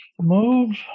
move